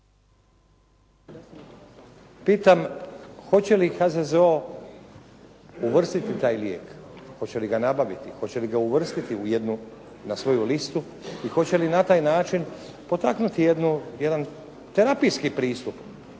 Pitam hoće li HZZO uvrstiti taj lijek? Hoće li ga nabaviti? Hoće li ga uvrstiti u jednu na svoju listu i hoće li na taj način potaknuti jedan terapijski pristup